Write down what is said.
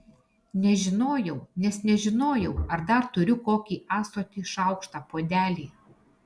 nežinojau nes nežinojau ar dar turiu kokį ąsotį šaukštą puodelį